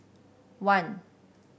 one